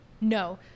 No